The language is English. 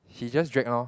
he just drag lor